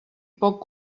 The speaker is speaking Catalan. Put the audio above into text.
poc